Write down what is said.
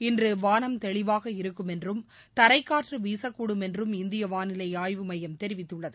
இன்று வானம் தெளிவாக இருக்கும் என்றும் தரைக்காற்று வீசக்கூடும் என்றும் இந்திய வானிலை ஆய்வு மையம் தெரிவித்துள்ளது